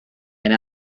yna